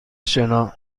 شنا